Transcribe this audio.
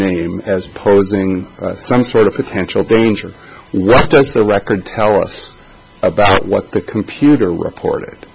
named as posing some sort of potential danger where does the record tell us about what the computer with port